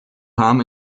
kam